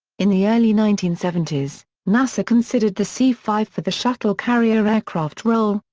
in the early nineteen seventy s, nasa considered the c five for the shuttle carrier aircraft role,